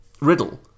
riddle